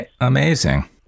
Amazing